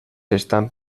están